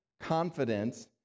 confidence